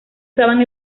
usaban